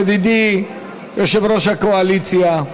ידידי יושב-ראש הקואליציה,